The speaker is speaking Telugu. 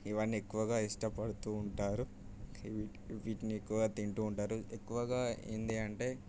ఇవన్నీ ఎక్కువగా ఇష్టపడుతూ ఉంటారు వీటి వీటిని ఎక్కువ తింటూ ఉంటారు ఎక్కువగా ఏంది అంటే